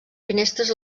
finestres